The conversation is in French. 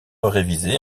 révisé